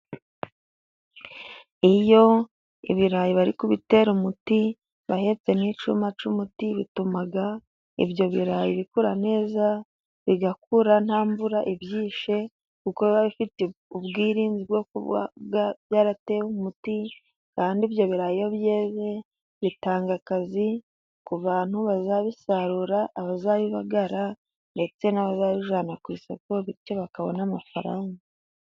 Iyo ibirayi bari kubitera umuti bahetse n'icyuma cy'umuti, bituma ibyo birayi bikura neza bigakura nta mvura ibyishe, kuko biba bifite ubwirinzi bwo kuba byaratewe umuti, kandi ibyo birayi iyo byeze bitanga akazi ku bantu bazabisarura abazabibagara, ndetse n'abazayijyana ku isoko bityo bakabona amafaranga.